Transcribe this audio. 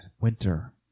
winter